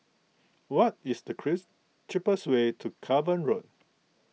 what is the Kris cheapest way to Cavan Road